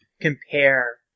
compare